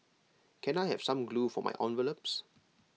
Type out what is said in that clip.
can I have some glue for my envelopes